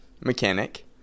mechanic